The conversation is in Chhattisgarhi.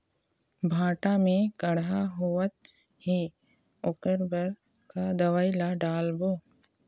भांटा मे कड़हा होअत हे ओकर बर का दवई ला डालबो?